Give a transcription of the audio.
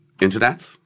Internet